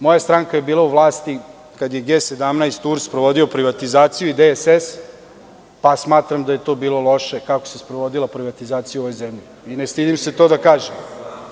Moja stranka je bila u vlasti kada je G17 plus i DSS sprovodio privatizaciju, pa smatram da je to bilo loše kako se sprovodila privatizacija u ovoj zemlji i ne stidim se to da kažem.